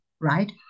right